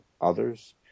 others